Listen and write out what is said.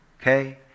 okay